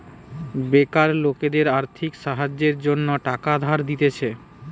বেকার লোকদের আর্থিক সাহায্যের জন্য টাকা ধার দিতেছে